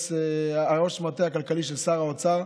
ראש המטה הכלכלי של שר האוצר,